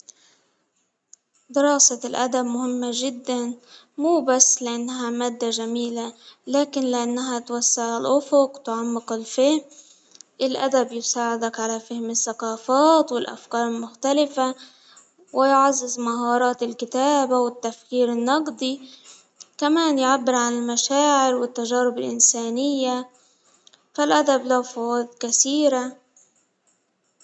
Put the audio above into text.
دراسة الأدب مهمة جدا، مو بس لأنها مادة جميلة، لكن لأنها توسع الأفق تعمق الفهم، الأدب يساعدك على فهم الثقافات والأفكار المختلفة، ويعزز مهارات الكتابة والتفكير النقدي كمان يعبر عن المشاعر والتجارب الإنسانية، فالأدب له فوائد كثيرة.